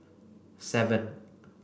seven